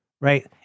right